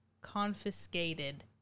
Confiscated